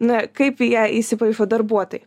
na kaip į ją įsipaišo darbuotojai